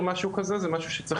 נוסף